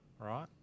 right